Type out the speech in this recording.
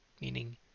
meaning